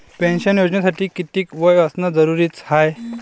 Pension योजनेसाठी कितीक वय असनं जरुरीच हाय?